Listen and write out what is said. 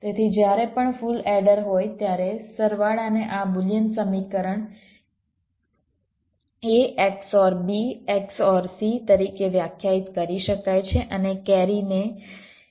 તેથી જ્યારે પણ ફુલ એડર હોય ત્યારે સરવાળાને આ બુલિયન સમીકરણ A XOR B XOR C તરીકે વ્યાખ્યાયિત કરી શકાય છે અને કેરીને A